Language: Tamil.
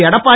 எடப்பாடி